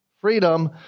Freedom